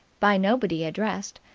by nobody addressed,